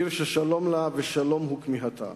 עיר ששלום לה ושלום הוא כמיהתה.